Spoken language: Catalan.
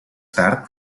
tard